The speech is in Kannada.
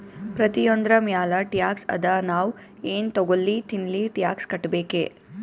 ಪ್ರತಿಯೊಂದ್ರ ಮ್ಯಾಲ ಟ್ಯಾಕ್ಸ್ ಅದಾ, ನಾವ್ ಎನ್ ತಗೊಲ್ಲಿ ತಿನ್ಲಿ ಟ್ಯಾಕ್ಸ್ ಕಟ್ಬೇಕೆ